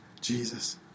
Jesus